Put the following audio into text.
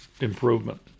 improvement